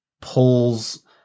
pulls